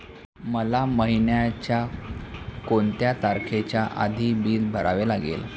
मला महिन्याचा कोणत्या तारखेच्या आधी बिल भरावे लागेल?